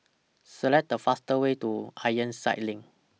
Select The faster Way to Ironside LINK